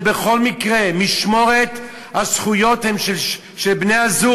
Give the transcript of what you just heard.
שבכל מקרה במשמורת הזכויות הן של בני-הזוג,